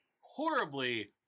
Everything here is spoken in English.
horribly